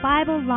Bible